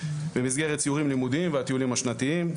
במסגרת סיורים לימודיים והטיולים השנתיים.